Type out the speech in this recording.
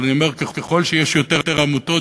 אבל אני אומר: ככל שיש יותר עמותות,